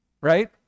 right